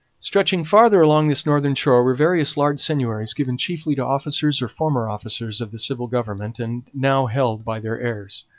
stretching farther along this northern shore were various large seigneuries given chiefly to officers or former officers of the civil government, and now held by their heirs.